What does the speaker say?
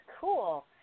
Cool